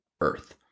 earth